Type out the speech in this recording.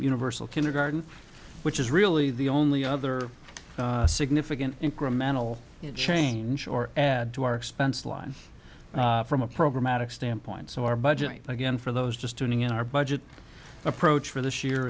universal kindergarten which is really the only other significant incremental change or add to our expense line from a program matic standpoint so our budget again for those just tuning in our budget approach for this year